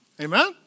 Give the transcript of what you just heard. amen